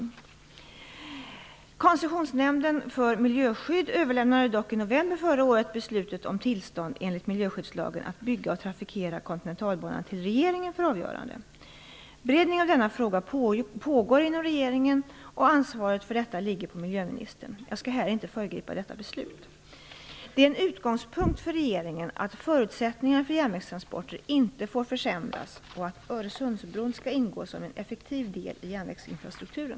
Koncessionsnämnden för miljöskydd överlämnade dock i november förra året beslutet om tillstånd enligt miljöskyddslagen att bygga och trafikera Kontinentalbanan till regeringen för avgörande. Beredningen av denna fråga pågår inom regeringen och ansvaret för detta ligger hos miljöministern. Jag skall här inte föregripa detta beslut. Det är en utgångspunkt för regeringen att förutsättningarna för järnvägstransporter inte får försämras, och att Öresundsbron skall ingå som en effektiv del i järnvägsinfrastrukturen.